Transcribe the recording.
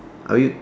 are we